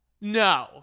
no